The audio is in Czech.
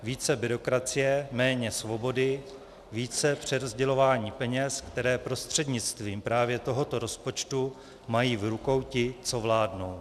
Více byrokracie, méně svobody, více přerozdělování peněz, které prostřednictvím právě tohoto rozpočtu mají v rukou ti, co vládnou.